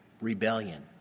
rebellion